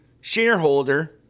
shareholder